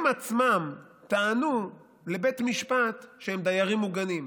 הם עצמם טענו לבית המשפט שהם דיירים מוגנים,